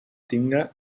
tinga